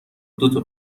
دوتا